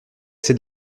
c’est